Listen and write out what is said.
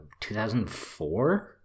2004